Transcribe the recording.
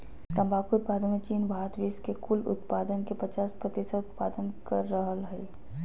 तंबाकू उत्पादन मे चीन आर भारत विश्व के कुल उत्पादन के पचास प्रतिशत उत्पादन कर रहल हई